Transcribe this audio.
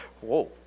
Whoa